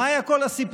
מה היה כל הסיפור?